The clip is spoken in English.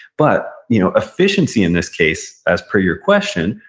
but you know efficiency in this case, as per your question,